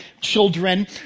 children